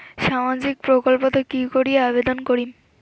সামাজিক প্রকল্পত কি করি আবেদন করিম?